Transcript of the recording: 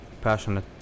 passionate